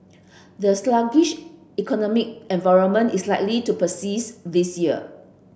the sluggish economic environment is likely to persist this year